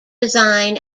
design